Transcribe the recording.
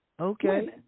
Okay